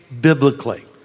biblically